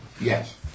Yes